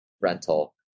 rental